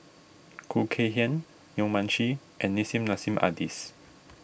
Khoo Kay Hian Yong Mun Chee and Nissim Nassim Adis